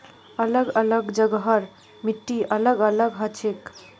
अलग अलग जगहर मिट्टी अलग अलग हछेक